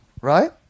right